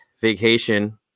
vacation